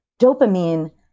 dopamine